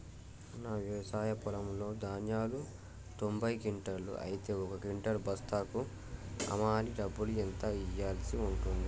నా వ్యవసాయ పొలంలో ధాన్యాలు తొంభై క్వింటాలు అయితే ఒక క్వింటా బస్తాకు హమాలీ డబ్బులు ఎంత ఇయ్యాల్సి ఉంటది?